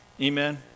amen